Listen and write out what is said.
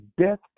death